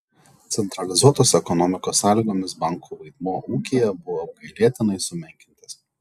centralizuotos ekonomikos sąlygomis bankų vaidmuo ūkyje buvo apgailėtinai sumenkintas